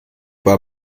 war